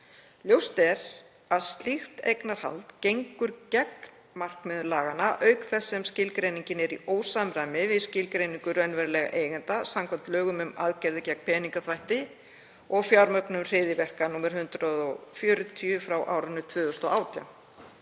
Ljóst er að slíkt eignarhald gengur gegn markmiðum laganna auk þess sem skilgreiningin er í ósamræmi við skilgreiningu raunverulegra eigenda samkvæmt lögum um aðgerðir gegn peningaþvætti og fjármögnun hryðjuverka, nr. 140/2018.